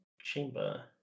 chamber